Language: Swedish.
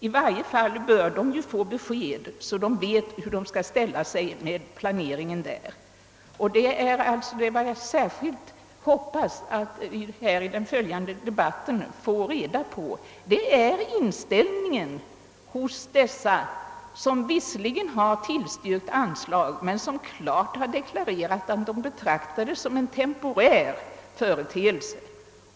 I varje fall bör sällskapet få ett besked, så att man vet hur man skall ställa sig med planeringen. Jag hoppas särskilt att här i den följande debatten få reda på inställningen hos dem som visserligen tillstyrkt anslag men som klart har deklarerat att de betraktar det som en temporär företeelse.